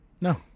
no